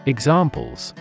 Examples